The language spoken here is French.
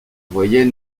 voyait